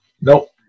nope